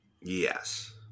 Yes